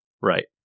Right